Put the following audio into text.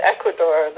Ecuador